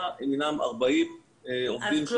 הינם 40 עובדים שנהרגו בענף הבנייה.